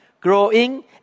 growing